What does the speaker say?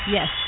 Yes